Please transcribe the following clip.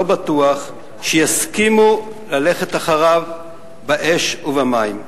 לא בטוח שיסכימו ללכת אחריו באש ובמים.